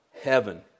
heaven